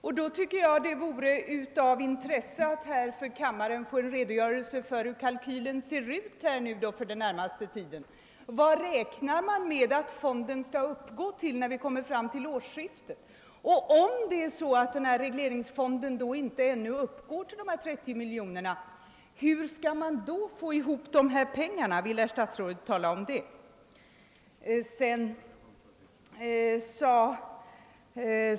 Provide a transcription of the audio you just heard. Jag tycker därför att det skulle vara av intresse för kammaren att få en redogörelse för hur kalkylen ser ut för den närmaste tiden. Vad räknar man med att regleringsfonden skall uppgå till vid årsskiftet? Om den inte uppgår till 30 miljoner kronor, hur skall man då få pengarna? Vill herr statsrådet tala om det?